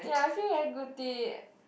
ya I feel very guilty